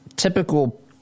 typical